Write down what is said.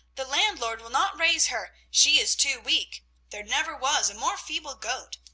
the landlord will not raise her, she is too weak there never was a more feeble goat.